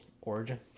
origin